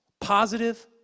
positive